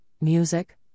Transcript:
music